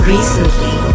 Recently